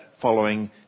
following